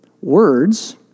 Words